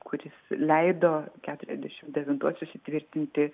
kuris leido keturiasdešimt devintuosius įtvirtinti